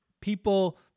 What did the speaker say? people